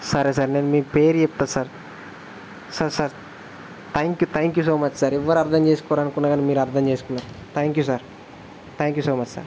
సరే సార్ నేను మీ పేరు చెప్తా sir sir sir thank you thank you so much ఎవరూ అర్థం చేసుకోరనుకున్నా కానీ మీరు అర్థం చేసుకున్నారు thank you sir thank you so much sir